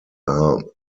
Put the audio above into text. are